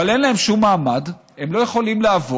אבל אין להם שום מעמד, הם לא יכולים לעבוד.